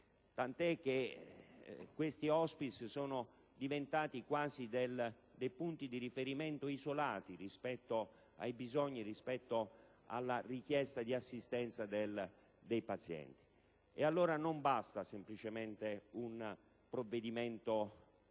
tant'è che questi *hospice* sono diventati quasi dei punti di riferimento isolati rispetto ai bisogni e alla richiesta di assistenza dei pazienti. Ed allora, non basta semplicemente un provvedimento di legge